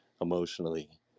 emotionally